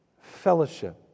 fellowship